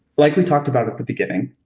like we talked about at the beginning,